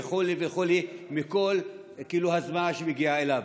וכו' וכו' בכל הזמנה שמגיעה אליו.